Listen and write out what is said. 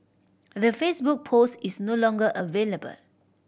the Facebook post is no longer available